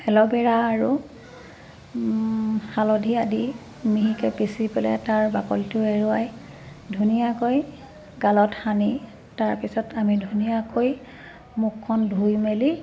aloe vera আৰু হালধি আদি মিহিকৈ পিচি পেলাই তাৰ বাকলিটো এৰুৱাই ধুনীয়াকৈ গালত সানি তাৰপিছত আমি ধুনীয়াকৈ মুখখন ধুই মেলি